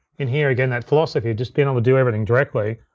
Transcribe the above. in here, again, that philosophy, just bein' able to do everything directly,